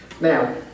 Now